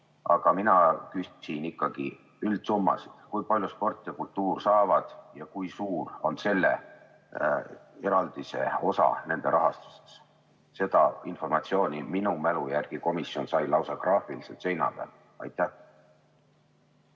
Aga mina küsin ikkagi üldsummasid, kui palju sport ja kultuur saavad ja kui suur on selle eraldise osa nende rahastuses. Seda informatsiooni minu mälu järgi komisjon sai lausa graafiliselt seina peal.